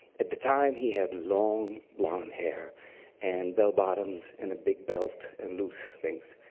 at the time, he had long blond hair and bell-bottoms and a big belt and loose things.